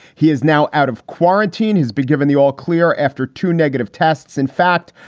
he is now out of quarantine, has been given the all clear after two negative tests. in fact,